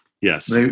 Yes